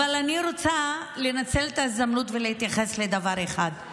אבל אני רוצה לנצל את ההזדמנות ולהתייחס לדבר אחד.